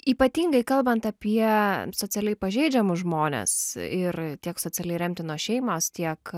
ypatingai kalbant apie socialiai pažeidžiamus žmones ir tiek socialiai remtinos šeimos tiek